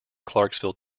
clarksville